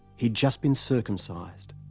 he'd just been circumcised.